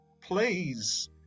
Please